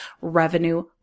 revenue